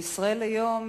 בישראל היום,